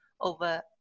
over